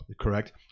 Correct